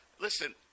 Listen